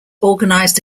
organized